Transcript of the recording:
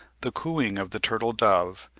the cooing of the turtle-dove,